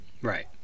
Right